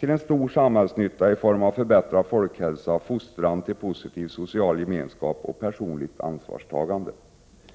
till en stor samhällsnytta i form av förbättrad folkhälsa och fostran till positiv social gemenskap och personligt ansvarstagande.